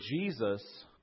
Jesus